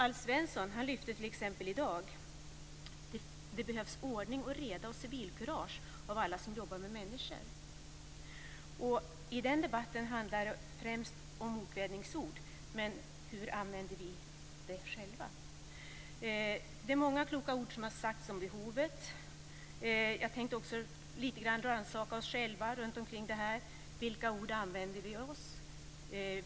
Alf Svensson lyfte t.ex. i dag fram att det behövs ordning, reda och civilkurage hos alla som jobbar med människor. I den debatten handlade det främst om okvädinsord, men hur använder vi språket själva? Det är många kloka ord som har sagts om behovet. Jag tänkte också att vi skulle rannsaka oss själva lite med anledning av det här. Vilka ord använder vi oss av?